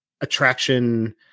attraction